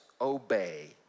obey